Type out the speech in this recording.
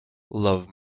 love